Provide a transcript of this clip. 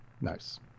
Nice